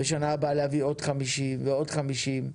ובשנה הבאה להביא עוד 50 ועוד 50,